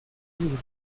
libros